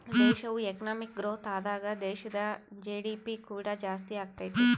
ದೇಶವು economic growth ಆದಾಗ ದೇಶದ ಜಿ.ಡಿ.ಪಿ ಕೂಡ ಜಾಸ್ತಿಯಾಗತೈತೆ